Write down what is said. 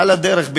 על הדרך,